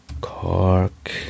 Cork